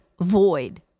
void